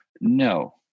No